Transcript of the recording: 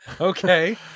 Okay